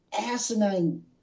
asinine